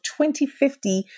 2050